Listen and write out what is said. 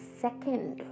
second